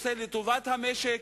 עושה לטובת המשק,